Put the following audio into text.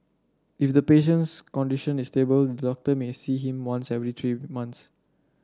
if the patient's condition is stable the doctor may see him once every three months